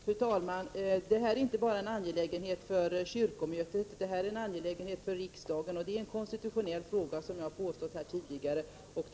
Fru talman! Det här är en angelägenhet inte bara för kyrkomötet utan för riksdagen. Det är en konstitutionell fråga, som jag tidigare här har framhållit.